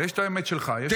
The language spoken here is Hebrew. יש את האמת שלך, יש אמת שלנו.